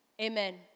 Amen